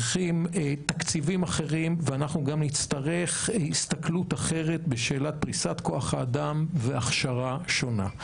תקציבים אחרים וגם הסתכלות אחרת בשאלת תפיסת כוח האדם והכשרה שונה.